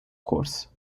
course